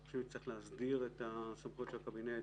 אנחנו חושבים שצריך להסדיר את הסמכויות של הקבינט